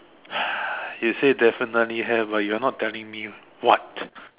you say definitely have but you are not telling me what